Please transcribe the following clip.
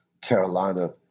Carolina